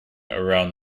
around